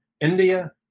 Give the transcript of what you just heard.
India